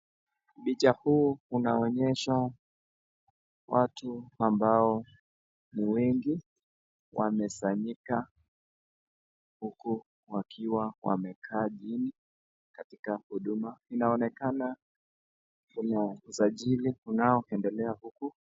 Picha huu inaonyesha watu ambao ni wengi, wamesanyika huku wakiwa wamekaa chini katika huduma inonekana, kuna usajili unaoendelea huku.